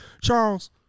Charles